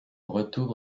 retour